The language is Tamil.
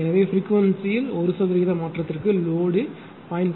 எனவே பிரிக்வன்சிணில் 1 சதவிகித மாற்றத்திற்கு லோடு 0